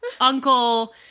uncle